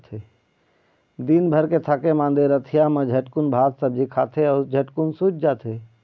दिनभर के थके मांदे रतिहा मा झटकुन भात सब्जी खाथे अउ झटकुन सूत जाथे